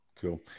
Cool